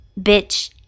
bitch